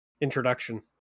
introduction